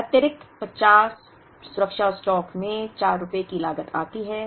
अतिरिक्त 50 सुरक्षा स्टॉक में 4 रुपये की लागत आती है